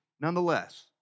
nonetheless